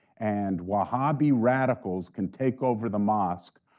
and wahhabi radicals can take over the mosque,